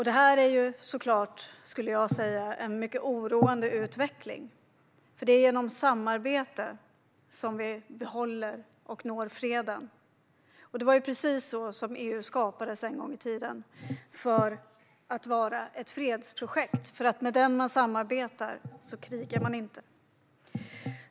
Detta är såklart, skulle jag säga, en mycket oroande utveckling, för det är genom samarbete som vi behåller och når freden. Det var precis så som EU skapades en gång i tiden, för att vara ett fredsprojekt. Med den som man samarbetar med krigar man inte.